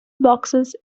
boxes